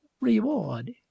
reward